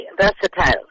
versatile